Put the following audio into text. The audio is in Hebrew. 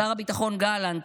שר הביטחון גלנט,